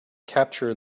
capture